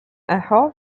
echo